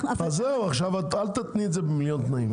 אז זהו, אל תתני את זה עכשיו במיליון תנאים.